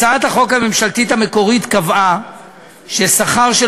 הצעת החוק הממשלתית המקורית קבעה ששכר של